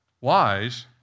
wise